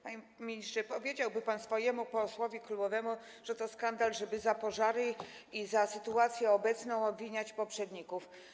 Panie ministrze, powiedziałby pan posłowi, swojemu koledze klubowemu, że to skandal, żeby za pożary i za sytuację obecną obwiniać poprzedników.